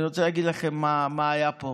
אני רוצה להגיד לכם מה היה פה